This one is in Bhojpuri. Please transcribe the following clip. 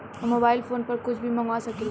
हम मोबाइल फोन पर कुछ भी मंगवा सकिला?